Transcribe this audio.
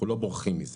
אנחנו לא בורחים מזה.